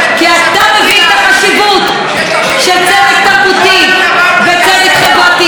כי אתה מבין את החשיבות של צדק תרבותי וצדק חברתי.